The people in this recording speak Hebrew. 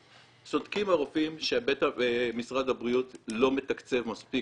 צודקים הרופאים שמשרד הבריאות לא מתקצב מספיק